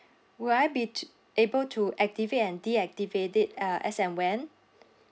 will I be t~ able to activate and deactivate it uh as and when